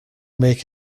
make